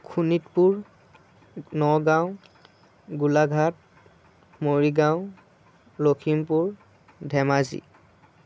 Sonitpur Nagaon Golaghat Morigaon Lakhimpur Dhemaji